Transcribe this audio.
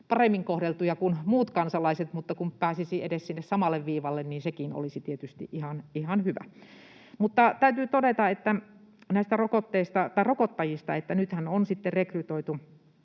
paremmin kohdeltuja kuin muut kansalaiset, mutta kun pääsisi edes sinne samalle viivalle, niin sekin olisi tietysti ihan hyvä. Täytyy todeta näistä rokottajista, että nythän on sitten rekrytoitu